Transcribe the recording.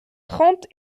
trente